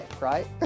right